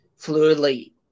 fluidly